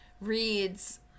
reads